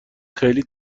خیلی